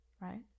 right